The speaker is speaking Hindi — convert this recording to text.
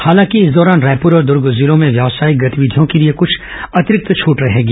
हालांकि इस दौरान रायपुर और दूर्ग जिलों में व्यावसायिक गतिविधियों के लिए कुछ अतिरिक्त छूट रहेगी